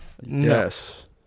Yes